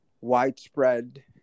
widespread